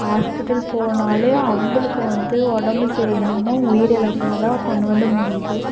hospital போனாலே அவங்களுக்கு வந்து உடம்ப சரியில்லாம உயிரிழப்பில் தான் கொண்டு வந்து முடியுது